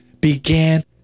began